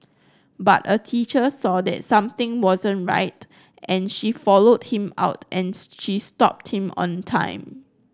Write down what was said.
but a teacher saw that something wasn't right and she followed him out and she stopped him on time